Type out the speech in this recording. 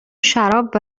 شراب